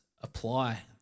apply